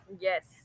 Yes